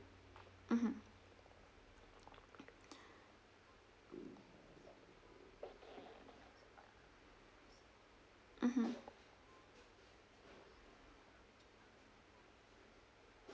mmhmm mmhmm